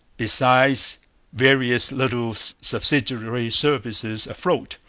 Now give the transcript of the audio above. besides various little subsidiary services afloat,